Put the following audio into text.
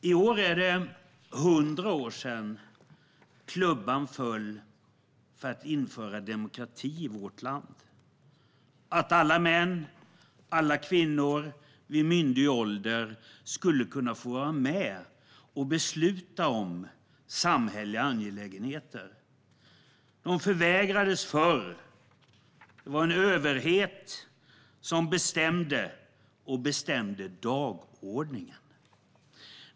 I år är det hundra år sedan klubban föll för att införa demokrati i vårt land, för att alla män och alla kvinnor vid myndig ålder skulle få vara med och besluta om samhälleliga angelägenheter. De förvägrades förr av en överhet som bestämde dagordningen.